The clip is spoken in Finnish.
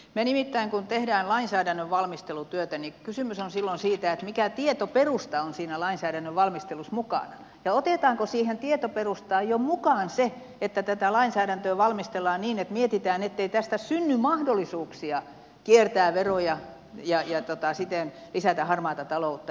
kun nimittäin tehdään lainsäädännön valmistelutyötä niin kysymys on silloin siitä mikä tietoperusta on siinä lainsäädännön valmistelussa mukana ja otetaanko siihen tietoperustaan jo mukaan se että tätä lainsäädäntöä valmistellaan niin että mietitään ettei tästä synny mahdollisuuksia kiertää veroja ja siten lisätä harmaata taloutta